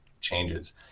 changes